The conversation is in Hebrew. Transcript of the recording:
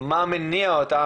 מה מניע אותם,